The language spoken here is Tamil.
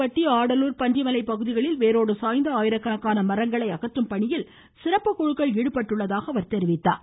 பட்டி ஆடலூர் பன்றிமலை பகுதிகளில் வேரோடு சாய்ந்த ஆயிரக்கணக்கான மரங்களை அகற்றும் பணியில் சிறப்புக்குழுக்கள் ஈடுபட்டுள்ளதாக தெரிவித்தார்